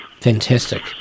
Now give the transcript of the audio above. Fantastic